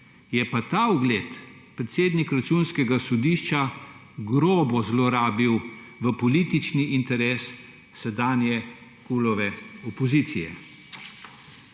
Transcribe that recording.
je pa ta ugled predsednik Računskega sodišča grobo zlorabil v politični interes sedanje opozicije